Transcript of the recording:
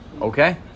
Okay